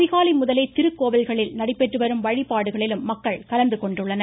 அதிகாலை முதலே திருக்கோவில்களில் நடைபெற்றுவரும் வழிபாடுகளில் மக்கள் கலந்து கொள்கின்றனர்